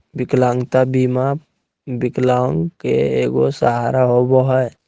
विकलांगता बीमा विकलांग के एगो सहारा होबो हइ